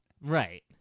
Right